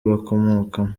bakomokamo